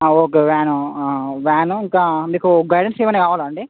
ఒకే van van ఇంకా మీకు guidance ఏమైనా కావాలా అండి